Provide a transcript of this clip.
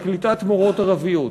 על קליטת מורות ערביות.